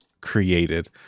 created